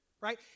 right